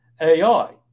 AI